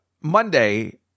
Monday